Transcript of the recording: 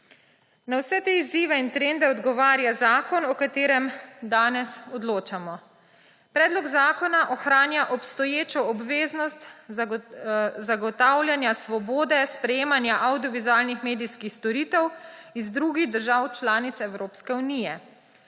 Na vse te izzive in trende odgovarja zakon, o katerem danes odločamo. Predlog zakona ohranja obstoječo obveznost zagotavljanja svobode sprejemanja avdiovizualnih medijskih storitev iz drugih držav članic Evropske unije.